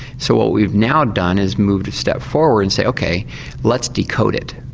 so what we've now done is moved a step forward and say ok let's decode it,